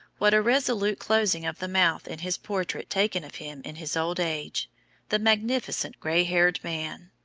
what a resolute closing of the mouth in his portrait taken of him in his old age the magnificent grey-haired man!